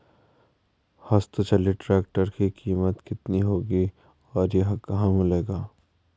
हस्त चलित ट्रैक्टर की कीमत कितनी होगी और यह कहाँ मिलेगा?